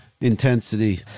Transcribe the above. intensity